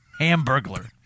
Hamburglar